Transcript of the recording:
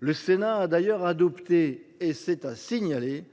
Le Sénat a d'ailleurs adopté et c'est à signaler